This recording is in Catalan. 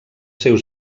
seus